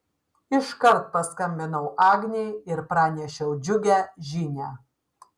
iškart paskambinau agnei ir pranešiau džiugią žinią